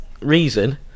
reason